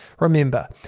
Remember